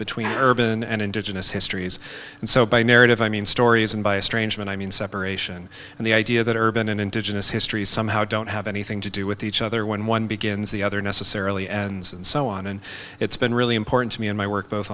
between urban and indigenous histories and so by narrative i mean stories and by a strange man i mean separation and the idea that urban and indigenous histories somehow don't have anything to do with each other when one begins the other necessarily ends and so on and it's been really important to me and my work both